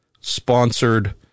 sponsored